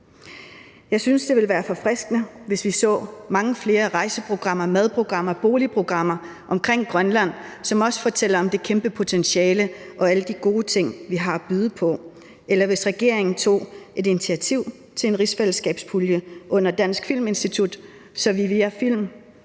Jeg synes, at det ville være forfriskende, hvis vi så mange flere rejseprogrammer, madprogrammer, boligprogrammer om Grønland, som også fortæller om det kæmpe potentiale og alle de gode ting, vi har at byde på; eller at regeringen tog initiativ til en rigsfællesskabspulje under Det Danske Filminstitut, så vi via film